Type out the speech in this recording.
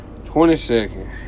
22nd